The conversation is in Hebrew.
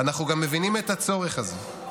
מותר לו להגיד שהוא רוצה בחירות.